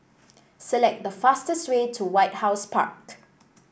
select the fastest way to White House Park